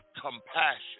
compassion